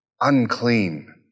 unclean